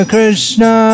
Krishna